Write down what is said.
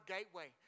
Gateway